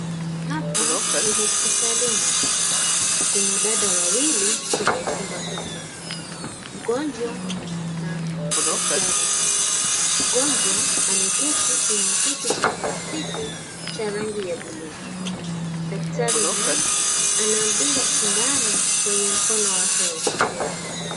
Hapa ni hospitalini. Kuna dada wawili kwenye chumba hiki, mgonjwa na daktari. Mgonjwa ameketi kwenye kiti cha plastiki cha rangi ya bluu. Daktari naye anamdunga sindano kwenye mkono wake wa kushoto.